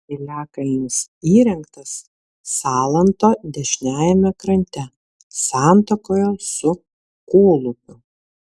piliakalnis įrengtas salanto dešiniajame krante santakoje su kūlupiu